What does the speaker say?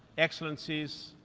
excellencies,